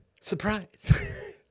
surprise